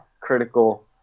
critical